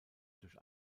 durch